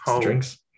drinks